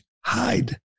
Hide